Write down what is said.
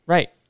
Right